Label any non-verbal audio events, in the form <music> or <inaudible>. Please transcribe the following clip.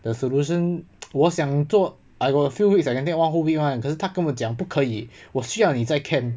the solution <noise> 我想做 I got a few weeks I can take one whole week [one] 可是他跟我讲不可以我需要你在 camp